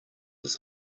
his